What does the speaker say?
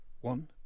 One